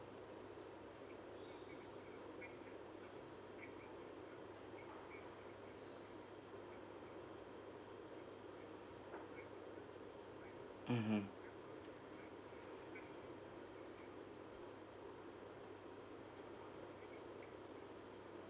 mmhmm